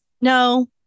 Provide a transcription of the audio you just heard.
no